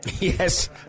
Yes